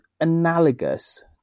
analogous